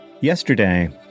Yesterday